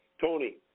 Tony